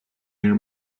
air